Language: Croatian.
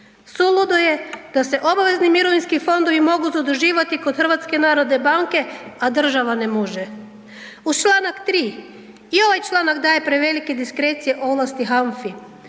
Suludo je da se obavezni mirovinski fondovi mogu zaduživati kod HNB-a, a država ne može. Uz čl. 3., i ovaj članak daje prevelike diskrecije ovlasti HANFA-i,